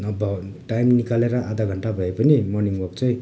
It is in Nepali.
नभए टाइम निकालेर आधा घन्टा भए पनि मर्निङ वाक चाहिँ